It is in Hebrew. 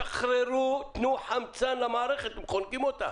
שחררו, תנו חמצן למערכת, אתם חונקים אותה.